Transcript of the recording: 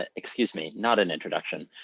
ah excuse me, not an introduction.